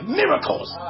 miracles